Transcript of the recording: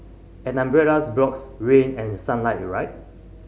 an umbrellas blocks rain and sunlight right